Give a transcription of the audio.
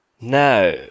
Now